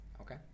Okay